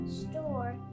store